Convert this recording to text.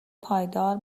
پایدار